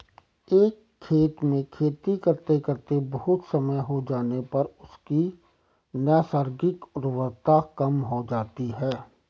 एक खेत में खेती करते करते बहुत समय हो जाने पर उसकी नैसर्गिक उर्वरता कम हो जाती है